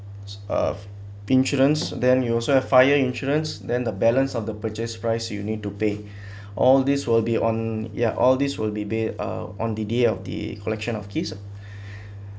um insurance then you also have fire insurance then the balance of the purchase price you need to pay all this will be on ya all this will be day uh on the day of the collection of keys